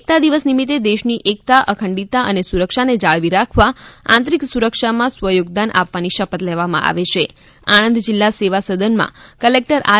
એકતા દિવસ નિમિત્તે દેશની એક્તા અખંડતા અને સુરક્ષાને જાળવી રાખવા આંતરિક સુરક્ષામાં સ્વયોગદાન આપવાની શપથ લેવામાં આવે છે આણંદ જિલ્લા સેવા સદનમાં કલેકટર આર